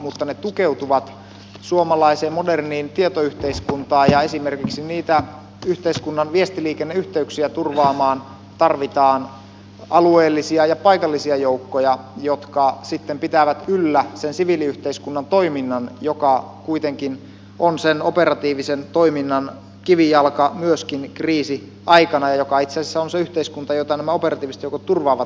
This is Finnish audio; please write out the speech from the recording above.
mutta ne tukeutuvat suomalaiseen moderniin tietoyhteiskuntaan ja esimerkiksi niitä yhteiskunnan viestiliikenneyhteyksiä turvaamaan tarvitaan alueellisia ja paikallisia joukkoja jotka sitten pitävät yllä sen siviiliyhteiskunnan toiminnan joka kuitenkin on sen operatiivisen toiminnan kivijalka myöskin kriisiaikana ja joka itse asiassa on se yhteiskunta jota nämä operatiiviset joukot turvaavat